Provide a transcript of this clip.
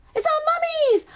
it's our mummies,